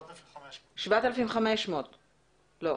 7,500. לא,